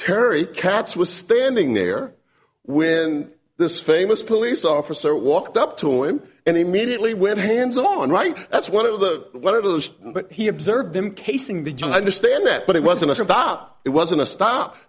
terry katz was standing there with and this famous police officer walked up to him and immediately went hands on right that's one of the one of those but he observed them casing the joint understand that but it wasn't a stop it wasn't a stop